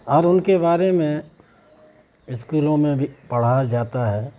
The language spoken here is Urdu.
اور ان کے بارے میں اسکولوں میں بھی پڑھا جاتا ہے